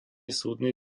súdny